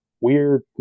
weird